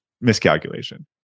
miscalculation